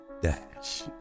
Dash